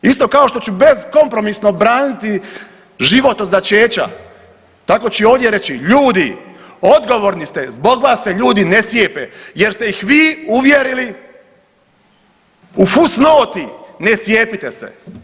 Isto kao što ću beskompromisno braniti život od začeća, tako ću i ovdje reći, ljudi odgovorni ste, zbog vas se ljudi ne cijepe jer ste ih vi uvjerili u fus noti ne cijepite se.